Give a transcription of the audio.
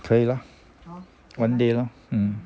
可以 lah one day lor mm